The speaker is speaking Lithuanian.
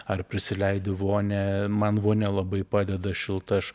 ar prisileidi vonią man vonia labai padeda šilta aš